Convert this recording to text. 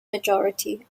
majority